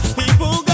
people